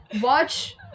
Watch-